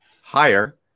higher